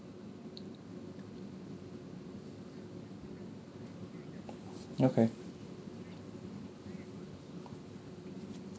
okay